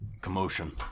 Commotion